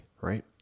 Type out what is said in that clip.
right